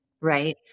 right